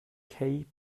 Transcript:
cape